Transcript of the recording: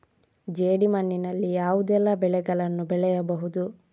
ಜೇಡಿ ಮಣ್ಣಿನಲ್ಲಿ ಯಾವುದೆಲ್ಲ ಬೆಳೆಗಳನ್ನು ಬೆಳೆಯಬಹುದು?